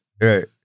Right